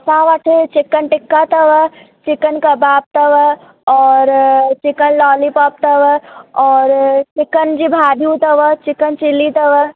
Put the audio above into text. असां वटि चिकन टिक्का अथव चिकन कबाब अथव ओर चिकन लॉलीपोप तव ओर चिकन जी भाॼी तव चिकन चिली त